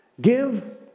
Give